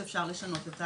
אז זה כן דבר שאפשר לשנות,